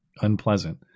unpleasant